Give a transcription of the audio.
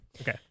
Okay